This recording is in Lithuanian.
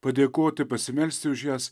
padėkoti pasimelsti už jas